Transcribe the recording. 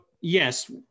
yes